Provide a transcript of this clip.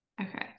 Okay